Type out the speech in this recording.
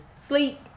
sleep